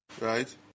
Right